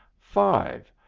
five.